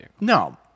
No